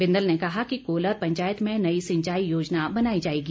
बिंदल ने कहा कि कोलर पंचायत में नई सिंचाई योजना बनाई जाएगी